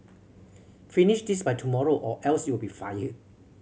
finish this by tomorrow or else you'll be fired